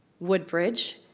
woodbridge,